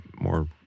more